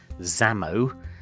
Zamo